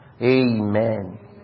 Amen